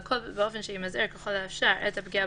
והכול באופן שימזער ככל האפשר את הפגיעה